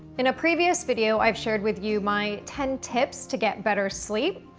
in a previous video, i've shared with you my ten tips to get better sleep.